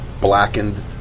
blackened